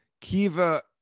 kiva